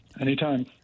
anytime